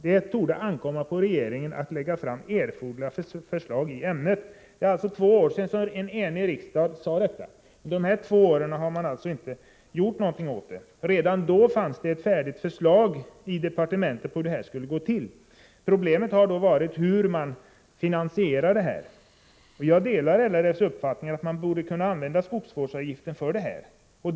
Det torde ankomma på regeringen att lägga fram erforderligt förslag i ämnet.” Det är alltså två år sedan en enig riksdag uttalade detta. Under dessa två år har ingenting gjorts åt detta. Redan då fanns det ett färdigt förslag i departementet när det gäller hur man skulle gå till väga. Problemet har varit hur detta skulle finansieras. Jag delar LRF:s uppfattning att man borde kunna använda skogsvårdsavgiften för detta ändamål.